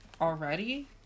already